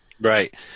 Right